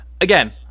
Again